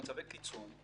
למצבים שהם מצבי קיצון,